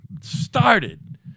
started